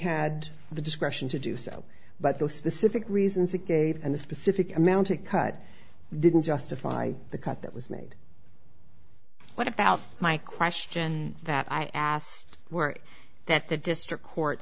the discretion to do so but the specific reasons it gave and the specific amount of cut didn't justify the cut that was made what about my question that i asked were that the district court